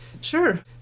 Sure